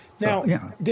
Now